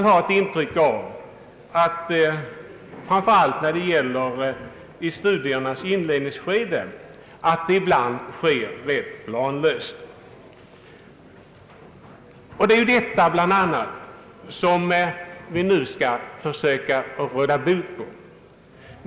Jag har ett intryck av att många arbetar rätt planlöst, framför allt i studiernas inledningsskede, och det är bl.a. detta som vi nu skall försöka råda bot på.